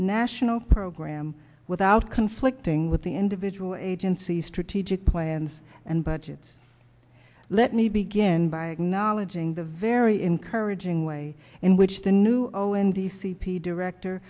national program without conflicting with the individual agency strategic plans and budgets let me begin by acknowledging the very encouraging way in which the new o and d c p director